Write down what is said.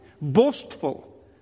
boastful